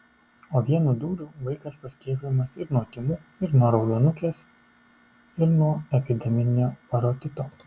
o vienu dūriu vaikas paskiepijamas ir nuo tymų ir nuo raudonukės ir nuo epideminio parotito